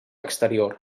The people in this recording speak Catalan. exterior